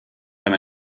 wenn